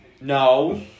No